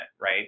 right